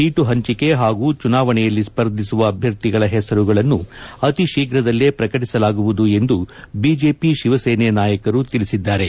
seat ಹಂಚಿಕೆ ಹಾಗೂ ಚುನಾವಣೆಯಲ್ಲಿ ಸ್ಪರ್ಧಿಸುವ ಅಭ್ಯರ್ಥಿಗಳ ಹೆಸರುಗಳನ್ನು ಅತಿ ಶೀಫ್ರದಲ್ಲೇ ಪ್ರಕಟಿಸಲಾಗುವುದು ಎಂದು ಬಿಜೆಪಿ ಶಿವಸೇನೆ ನಾಯಕರು ತಿಳಿಸಿದ್ದಾರೆ